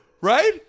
right